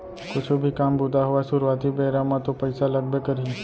कुछु भी काम बूता होवय सुरुवाती बेरा म तो पइसा लगबे करही